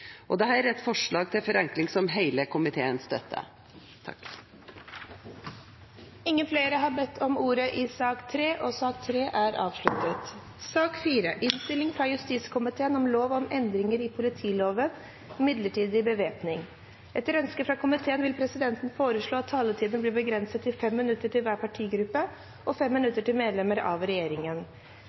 og at departementet deretter i forskrift om rettsgebyr regulerer størrelsen på rettsgebyret. Rettsgebyret vil således enklere kunne endres i tråd med Stortingets budsjettvedtak. Dette er et forslag til forenkling som hele komiteen støtter. Flere har ikke bedt om ordet til sak nr. 3. Presidenten vil foreslå at taletiden blir begrenset til 5 minutter til hver partigruppe og 5 minutter til medlemmer av regjeringen.